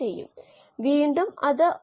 നമ്മൾ ഇത് വീണ്ടും ആന്തരികമാക്കേണ്ടതുണ്ട്